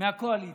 מהקואליציה,